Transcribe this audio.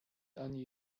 ani